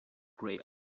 grey